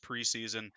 preseason